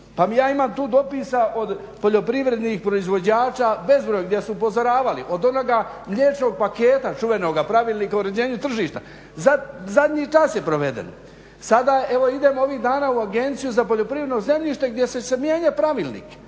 pa ja imam tu dopisa od poljoprivrednih proizvođača bezbroj gdje su upozoravali od onoga mliječnog paketa čuvenoga pravilnika o uređenju tržišta, zadnji čas je proveden. Sada evo idemo ovih dana u Agenciju za poljoprivredno zemljište gdje će se mijenjat pravilnik,